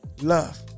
Love